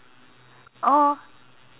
or